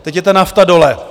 Teď je ta nafta dole.